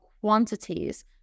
quantities